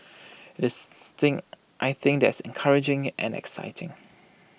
is thing I think that's encouraging and exciting